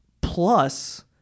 plus